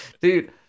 Dude